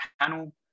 panel